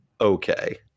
okay